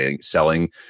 selling